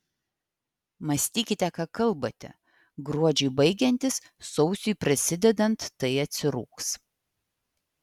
mąstykite ką kalbate gruodžiui baigiantis sausiui prasidedant tai atsirūgs